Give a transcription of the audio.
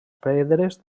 pedres